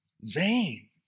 vain